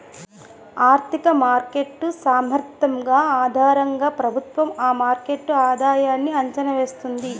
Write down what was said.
ఆర్థిక మార్కెట్ సామర్థ్యం ఆధారంగా ప్రభుత్వం ఆ మార్కెట్ ఆధాయన్ని అంచనా వేస్తుంది